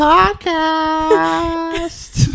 Podcast